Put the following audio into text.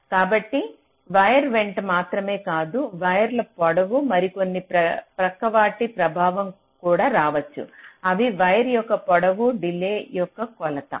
కాబట్టి వైర్ వెంట మాత్రమే కాదు వైర్ల పొడవు మరికొన్ని ప్రక్కవాటి ప్రభావం కూడా రావచ్చు అవి వైర్ యొక్క పొడవు డిలే యొక్క కొలత